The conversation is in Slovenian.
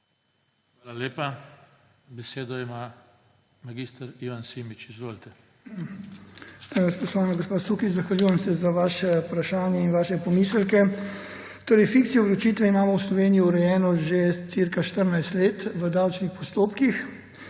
Hvala lepa. Besedo ima mag. Ivan Simič. Izvolite. **MAG. IVAN SIMIČ:** Spoštovana gospa Sukič, zahvaljujem se za vaše vprašanje in vaše pomisleke. Fikcijo vročitve imamo v Sloveniji urejeno že cirka 14 let v davčnih postopkih,